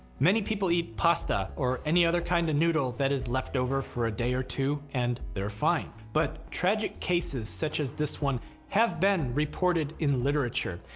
many people eat pasta, or any other kind of noodle that is left over for a day or two and are fine. but tragic cases such as this one have been reported in literature,